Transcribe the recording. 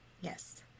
Yes